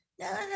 No